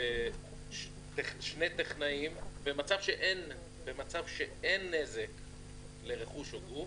שני טכנאים, במצב שאין נזק לרכוש, או גוף,